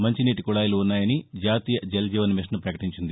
మంచి నీటి కుళాయిలు ఉన్నాయని జాతీయ జల్ జీవన్ మిషన్ పకటించింది